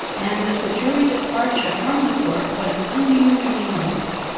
and that the jury departure from the court was unusually noisy.